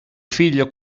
figlio